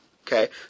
Okay